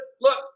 look